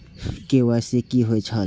KYC कि होई छल?